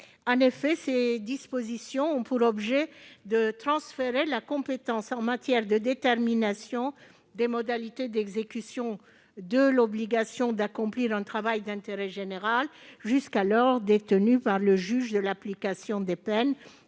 En effet, ces dispositions ont pour objet de transférer la compétence en matière de détermination des modalités d'exécution de l'obligation d'accomplir un travail d'intérêt général, jusqu'alors détenue par le juge de l'application des peines,